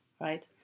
right